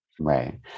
Right